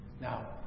Now